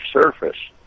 surface